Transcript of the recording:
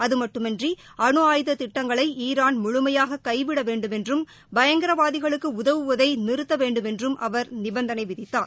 அதமட்டுமன்றி அணு ஆயுத திட்டங்களை ஈரான் முழுமையாக கைவிட வேண்டுமென்றும் பயங்கரவாதிகளுக்கு உதவுவதை நிறுத்த வேண்டுமென்றும் அவர் நிபந்தனை விதித்தார்